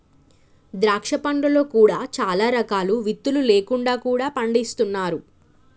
ద్రాక్ష పండ్లలో కూడా చాలా రకాలు విత్తులు లేకుండా కూడా పండిస్తున్నారు